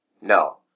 No